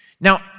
Now